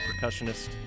percussionist